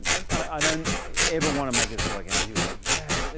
i don't even wanna make it so like, and he was like, yeah,